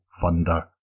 Thunder